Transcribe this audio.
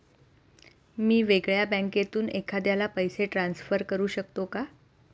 मी वेगळ्या बँकेतून एखाद्याला पैसे ट्रान्सफर करू शकतो का?